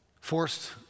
forced